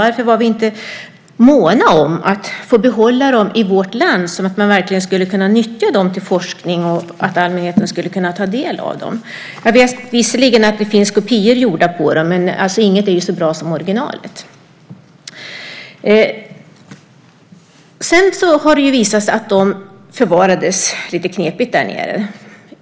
Varför var vi inte måna om att behålla dem i vårt land, så att man verkligen skulle kunna nyttja dem till forskning och att allmänheten skulle kunna ta del av dem? Jag vet visserligen att det finns kopior av dem, men inget är så bra som originalet. Det har sedan visat sig att filmerna förvarades lite knepigt där nere.